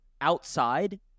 outside